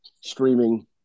streaming